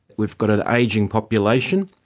we've got an ageing population.